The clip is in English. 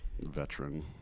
veteran